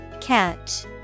Catch